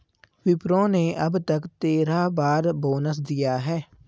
विप्रो ने अब तक तेरह बार बोनस दिया है